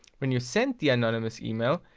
when you send the anonymous email,